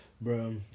Bro